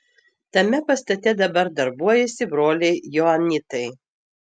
tame pastate dabar darbuojasi broliai joanitai